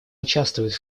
участвует